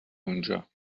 اونجا